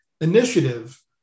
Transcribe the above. initiative